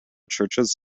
churches